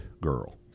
girl